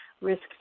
risk